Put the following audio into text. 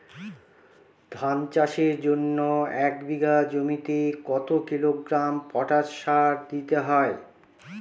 ধান চাষের জন্য এক বিঘা জমিতে কতো কিলোগ্রাম পটাশ সার দিতে হয়?